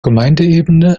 gemeindeebene